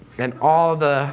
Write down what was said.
and all the